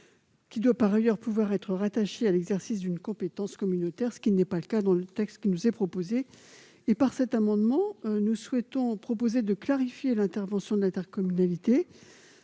doit par ailleurs pouvoir être rattaché à l'exercice d'une compétence communautaire, ce qui n'est pas le cas dans le texte qui nous est proposé. Cet amendement a pour objet de clarifier l'intervention de l'intercommunalité